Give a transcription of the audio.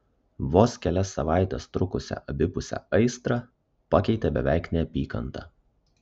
vos kelias savaites trukusią abipusę aistrą pakeitė beveik neapykanta